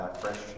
fresh